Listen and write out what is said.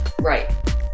Right